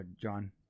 John